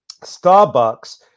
Starbucks